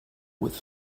with